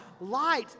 light